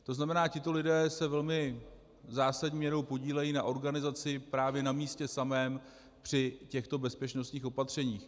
To znamená, tito lidé se velmi zásadní měrou podílejí na organizaci právě na místě samém při těchto bezpečnostních opatřeních.